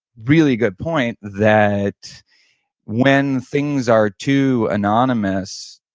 really good point that when things are too anonymous,